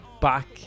back